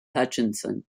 hutchison